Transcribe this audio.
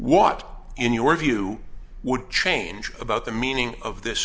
what in your view would change about the meaning of this